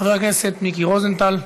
חבר הכנסת מיקי רוזנטל?